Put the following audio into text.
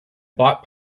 bought